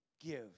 give